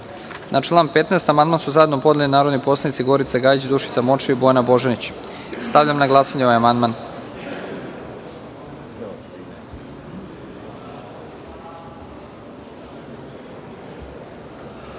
i član 43. amandman su zajedno podnele narodni poslanici Gorica Gajić, Dušica Morčev i Bojana Božanić. Stavljam na glasanje ovaj